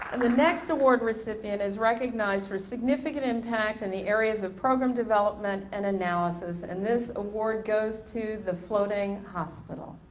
and the next award recipient is recognized for significant impact in and the areas of program development and analysis and this award goes to the floating hospital.